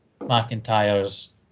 McIntyre's